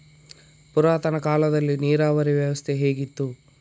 ಪುರಾತನ ಕಾಲದಲ್ಲಿ ನೀರಾವರಿ ವ್ಯವಸ್ಥೆ ಹೇಗಿತ್ತು?